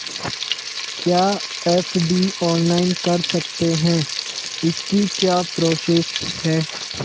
क्या FD online कर सकते हैं इसकी क्या प्रोसेस है?